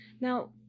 now